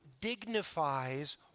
dignifies